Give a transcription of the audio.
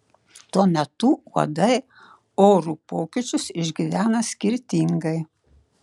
tuo metu uodai orų pokyčius išgyvena skirtingai